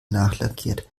nachlackiert